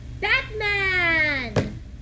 Batman